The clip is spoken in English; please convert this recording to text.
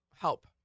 Help